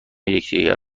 یکدیگر